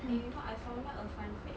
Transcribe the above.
and you know I found out a fun fact